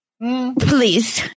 Please